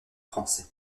français